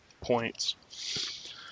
points